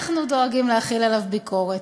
אנחנו דואגים להחיל עליו ביקורת.